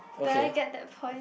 do I get that point